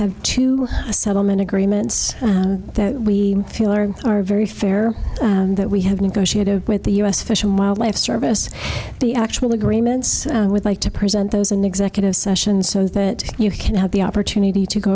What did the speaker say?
have two settlement agreements that we feel are are very fair and that we have negotiated with the u s fish and wildlife service the actual agreements would like to present those in executive session so that you can have the opportunity to go